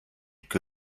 que